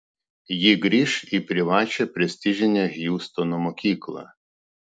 ji grįš į privačią prestižinę hjustono mokyklą